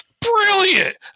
Brilliant